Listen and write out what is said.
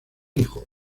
hijo